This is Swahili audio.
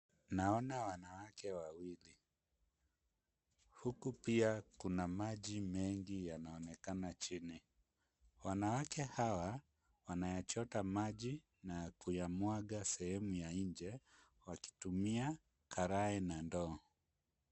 Naona wanawake wawili huku pia kuna maji mengi yanaonekana chini. Wanawake hawa wanayachota maji na kuyamwaga sehemu ya nje wakitumia karai na ndoo.